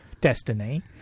destiny